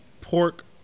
pork